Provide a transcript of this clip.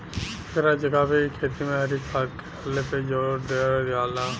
एकरा जगह पे इ खेती में हरी खाद के डाले पे जोर देहल जाला